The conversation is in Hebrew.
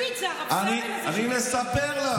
לא בן כספית, זה הרב-סרן הזה, אני מספר לך.